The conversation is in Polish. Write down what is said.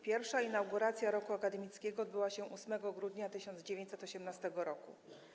Pierwsza inauguracja roku akademickiego odbyła się 8 grudnia 1918 r.